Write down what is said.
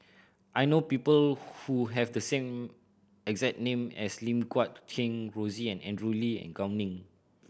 I know people who have the same exact name as Lim Guat Kheng Rosie Andrew Lee and Gao Ning